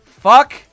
fuck